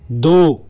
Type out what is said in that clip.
दो